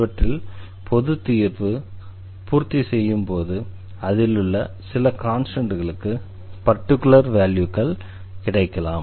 இவற்றில் பொது தீர்வு பூர்த்தி செய்யும்போது அதிலுள்ள சில கான்ஸ்டண்ட்களுக்கு பர்டிகுலர் வேல்யூக்கள் கிடைக்கலாம்